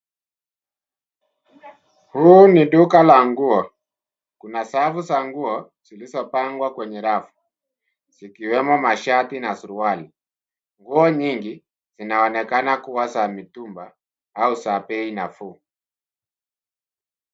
Huu ni duka la nguo. Kuna safu za nguo zilizopangwa kwenye safu, zikiwemo mashati na suruali. Nguo nyingi zinaonekana kuwa za mitumba au za bei nafuu.